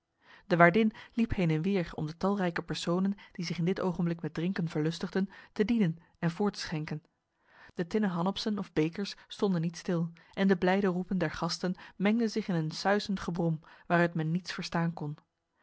de waardin liep heen en weer om de talrijke personen die zich in dit ogenblik met drinken verlustigden te dienen en voor te schenken de tinnen hanapsen of bekers stonden niet stil en de blijde roepen der gasten mengden zich in een suizend gebrom waaruit men niets verstaan kon